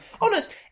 Honest